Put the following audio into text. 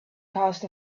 caused